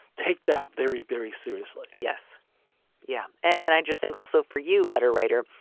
take that very, very seriously. yes yeah. and i just think also for you, letter writer,